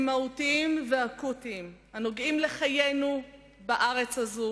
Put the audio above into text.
מהותיים ואקוטיים הנוגעים לחיינו בארץ הזו.